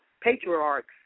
patriarchs